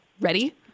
Ready